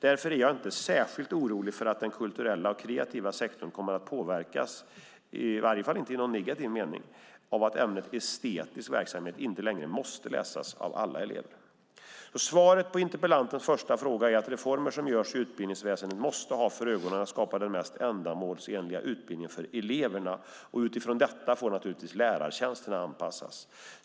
Därför är jag inte särskilt orolig för att den kulturella och kreativa sektorn kommer att påverkas, i varje fall inte i negativ mening, av att ämnet estetisk verksamhet inte längre måste läsas av alla elever. Svaret på interpellantens första fråga är att reformer som görs i utbildningsväsendet måste ha för ögonen att skapa den mest ändamålsenliga utbildningen för eleverna. Utifrån detta får naturligtvis lärartjänsterna anpassas.